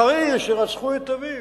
חרירי, שרצחו את אביו,